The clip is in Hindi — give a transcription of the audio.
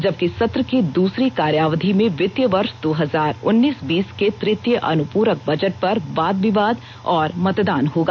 जबकि सत्र की दूसरी कार्यावधि में वित्तीय वर्ष दो हजार उत्रीस बीस के तृतीय अनुपूरक बजट पर वाद विवाद और मतदान होगा